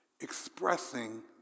expressing